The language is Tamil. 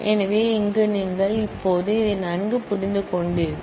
எனவே இங்கே நீங்கள் இப்போது அதை நன்கு புரிந்து கொண்டீர்கள்